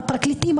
הפרקליטים,